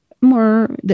more